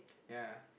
ya